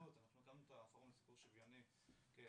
אנחנו לקחנו גם את פורום לספורט שווינו כחלק